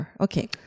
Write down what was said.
okay